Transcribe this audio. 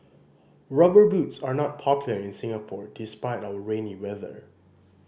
Rubber Boots are not popular in Singapore despite our rainy weather